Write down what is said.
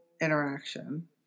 interaction